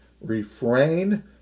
refrain